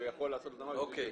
שהוא יכול לעשות ---- אוקיי.